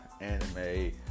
anime